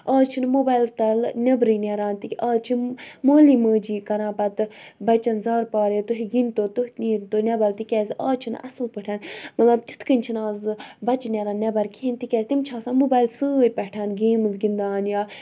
آز چھنہٕ موبایِل تَلہٕ نٮ۪برٕے نیران آز چھِ مٲلی مٲجی کَران پَتہٕ بَچَن زارٕ پارٕ ہے تُہۍ گِندۍ تُہۍ نیٖرتو نٮ۪بَر تِکیازِ آز چھنہٕ اَصل پٲٹھۍ مطلب تِتھ کٔنۍ چھِنہٕ آز بَچہِ نیران نٮ۪بَر کِہیٖنۍ تِکیازِ تِم چھِ آسان موبایِلَسٕے پٮ۪ٹھ گیمٕز گِندان یا